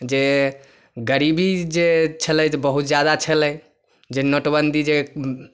जे गरीबी जे छलै बहुत ज्यादा छलै जे नोटबन्दी जे